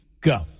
go